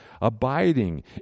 abiding